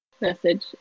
message